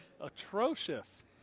Atrocious